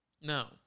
no